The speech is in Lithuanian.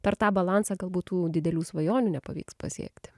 per tą balansą galbūt tų didelių svajonių nepavyks pasiekti